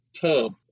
tub